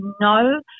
no